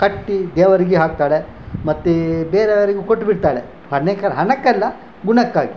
ಕಟ್ಟಿ ದೇವರಿಗೆ ಹಾಕ್ತಾಳೆ ಮತ್ತೆ ಬೇರೆಯವರಿಗೂ ಕೊಟ್ಬಿಡ್ತಾಳೆ ಹಣೆ ಕರ್ ಹಣಕ್ಕಲ್ಲ ಗುಣಕ್ಕಾಗಿ